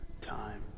time